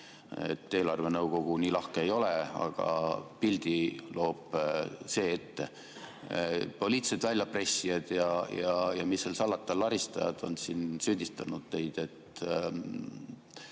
Eelarvenõukogu nii lahke ei ole. Aga pildi loob see ette. Poliitilised väljapressijad, ja mis seal salata, laristajad on siin süüdistanud teid,